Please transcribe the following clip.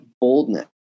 boldness